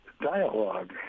dialogue